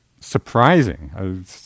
surprising